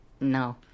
No